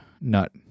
nut